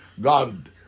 God